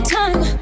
time